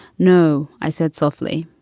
no, i said softly,